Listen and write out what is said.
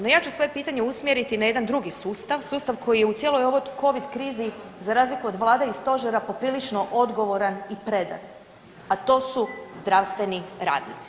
No, ja ću svoje pitanje usmjeriti na jedan drugi sustav, sustav koji je u cijeloj ovoj Covid krizi, za razliku od Vlade i Stožera poprilično odgovoran i predan, a to su zdravstveni radnici.